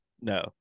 No